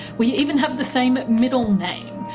we even have the same middle name.